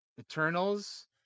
Eternals